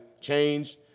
changed